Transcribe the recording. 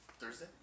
Thursday